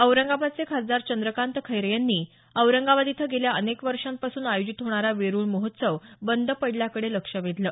औरंगाबादचे खासदार चंद्रकांत खैरे यांनी औरंगाबाद इथं गेल्या अनेक वर्षांपासून आयोजित होणारा वेरुळ महोत्सव बंद पडल्याकडे लक्ष वेधलं